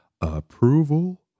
approval